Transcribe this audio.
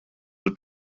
lill